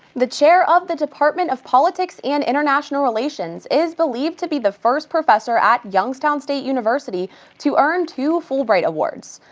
the chair of the department of politics and international relations is believed to be the first professor at youngstown state university to earn two fulbright awards.